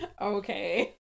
Okay